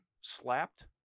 slapped